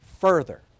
further